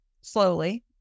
slowly